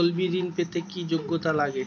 তলবি ঋন পেতে কি যোগ্যতা লাগে?